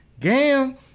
Gam